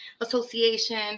association